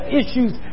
issues